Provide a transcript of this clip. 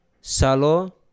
salo